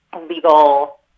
legal